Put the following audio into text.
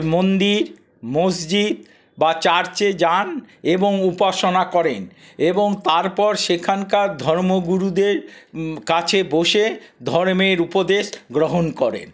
মন্দির মসজিদ বা চার্চে যান এবং উপাসনা করেন এবং তারপর সেখানকার ধর্মগুরুদের কাছে বসে ধর্মের উপদেশ গ্রহণ করেন